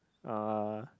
uh